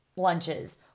lunches